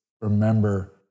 remember